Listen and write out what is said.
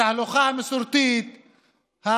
התהלוכה המסורתית,